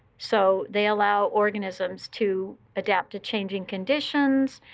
so they allow organisms to adapt to changing conditions,